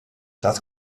das